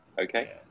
Okay